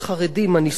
לא כל כך נפוצים,